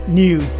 new